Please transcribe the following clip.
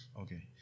Okay